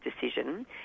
decision